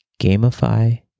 Gamify